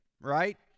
right